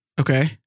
Okay